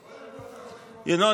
ינון,